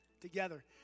together